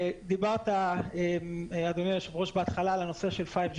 דיברת אדוני היושב ראש בהתחלה על הנושא של 5G